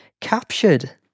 captured